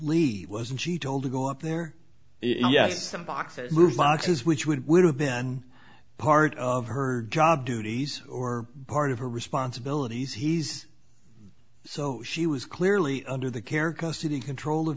lee wasn't she told to go up there yes some boxes moved boxes which would have been part of her job duties or part of her responsibilities he's so she was clearly under the care custody and control of